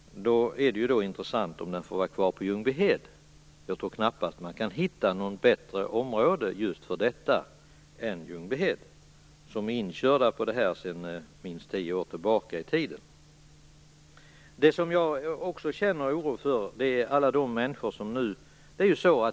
Då är det intressant att få veta om den får vara kvar i Ljungbyhed. Jag tror knappast att man kan hitta något bättre område just för detta än Ljungbyhed. Där är man ju inkörd på detta sedan minst tio år tillbaka.